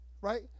Right